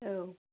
औ